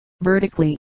vertically